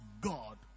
God